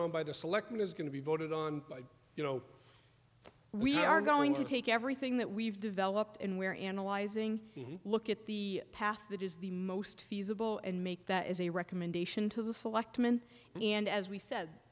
on by the selectmen is going to be voted on by you know we are going to take everything that we've developed and we're analyzing look at the path that is the most feasible and make that as a recommendation to the selectmen and as we said